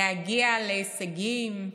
להגיע להישגים,